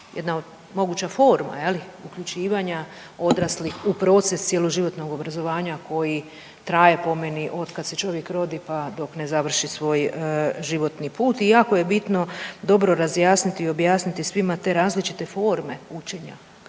jedna moguća forma je li uključivanja odraslih u proces cjeloživotnog obrazovanja koji traje po meni otkad se čovjek rodi, pa dok ne završi svoj životni put. I jako je bitno dobro razjasniti i objasniti svima te različite forme učenja